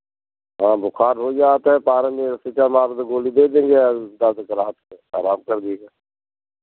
हाँ बुखार हो जाता है पारासीटामोल के गोली दे देंगे दर्द के राहत के आराम कर लीजियेगा